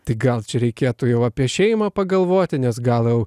tai gal reikėtų jau apie šeimą pagalvoti nes gal jau